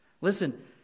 Listen